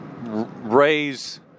raise